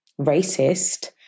racist